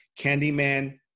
Candyman